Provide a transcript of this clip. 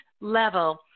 level